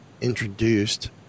introduced